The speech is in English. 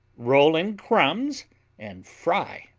roll in crumbs and fry.